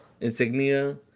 insignia